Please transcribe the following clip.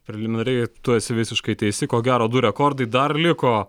preliminariai tu esi visiškai teisi ko gero du rekordai dar liko